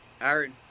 Aaron